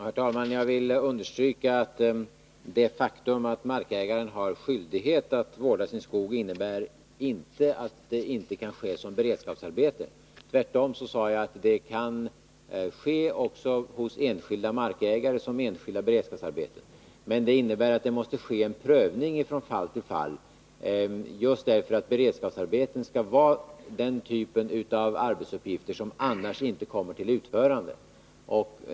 Herr talman! Jag vill understryka att det faktum att markägaren har skyldighet att vårda sin skog inte innebär att det inte kan ske som beredskapsarbete. Tvärtom sade jag att arbetena kan utföras också hos enskilda markägare som enskilda beredskapsarbeten. Men det innebär att det måste ske en prövning från fall till fall, just därför att beredskapsarbeten skall vara den typ av arbetsuppgifter som annars inte kommer till utförande.